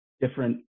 different